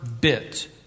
bit